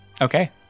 Okay